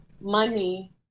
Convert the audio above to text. money